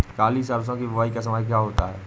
काली सरसो की बुवाई का समय क्या होता है?